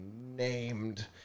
named